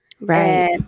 Right